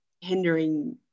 hindering